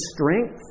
strength